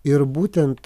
ir būtent